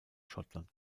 schottland